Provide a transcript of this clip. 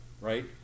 Right